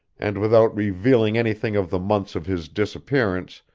and without revealing anything of the months of his disappearance,